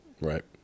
Right